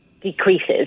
Decreases